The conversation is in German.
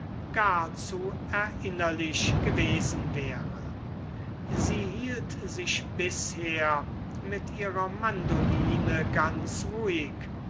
gar zu erinnerlich gewesen wäre sie hielt sich bisher mit ihrer mandoline ganz ruhig